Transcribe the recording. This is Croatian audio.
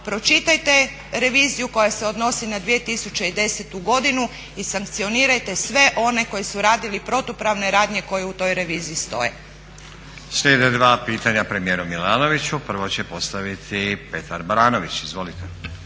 pročitajte reviziju koja se odnosi na 2010. godinu i sankcionirajte sve one koji su radili protupravne radnje koje u toj reviziji stoje. **Stazić, Nenad (SDP)** Slijede dva pitanja premijeru Milanoviću. Prvo će postaviti Petar Baranović, izvolite.